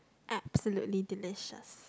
absolutely delicious